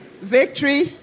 Victory